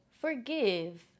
forgive